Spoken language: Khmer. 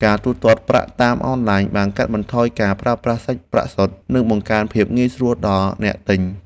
ការទូទាត់ប្រាក់តាមអនឡាញបានកាត់បន្ថយការប្រើប្រាស់សាច់ប្រាក់សុទ្ធ និងបង្កើនភាពងាយស្រួលដល់អ្នកទិញ។